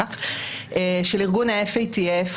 של ארגון ה-FATF,